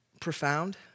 profound